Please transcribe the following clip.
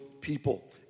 people